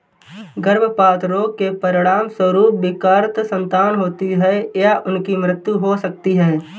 गर्भपात रोग के परिणामस्वरूप विकृत संतान होती है या उनकी मृत्यु हो सकती है